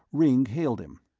ringg hailed him.